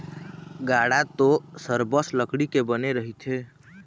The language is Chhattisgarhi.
गाड़ा तो सरबस लकड़ी के बने रहिथे